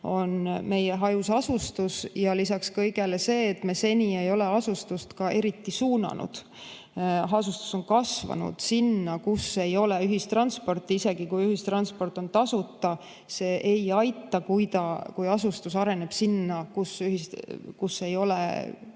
on meie hajus asustus ja lisaks kõigele see, et me seni ei ole asustust ka eriti suunanud. Asustus on kasvanud seal, kus ei ole ühistransporti. Isegi kui ühistransport on tasuta, siis see ei aita, kui asustus areneb seal, kus ei ole